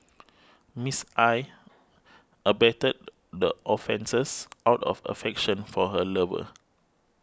Miss I abetted the offences out of affection for her lover